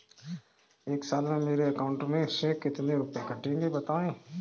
एक साल में मेरे अकाउंट से कितने रुपये कटेंगे बताएँ?